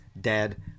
dead